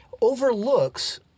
overlooks